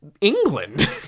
England